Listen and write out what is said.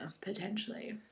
potentially